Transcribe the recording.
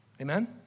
Amen